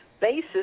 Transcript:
basis